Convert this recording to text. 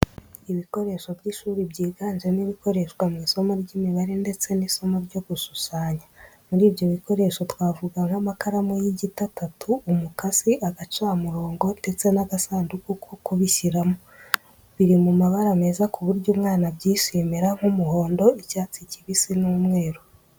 Ibikoresho by'ishuri byiganjemo ibikoreshwa mu isomo ry'imibare ndetse n'isomo ryo gushushanya. Muri ibyo bikoresho twavuga nk'amakaramu y'igiti atatu, umukasi, agacamurongo ndetse n'agasanduku ko kubishyiramo. Biri mu mabara meza ku buryo umwana abyishimira, nk'umuhondo, icyatsi kibisi n'umweru.